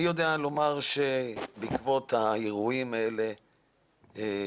אני יודע לומר שבעקבות האירועים האלה התקיימה